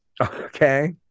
Okay